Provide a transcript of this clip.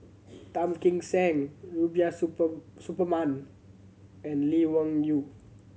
Tan Kim Seng Rubiah Super Suparman and Lee Wung Yew